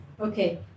Okay